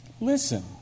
listen